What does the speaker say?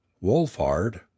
wolfhart